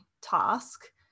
task